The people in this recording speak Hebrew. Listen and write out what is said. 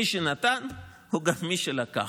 מי שנתן הוא גם מי שלקח.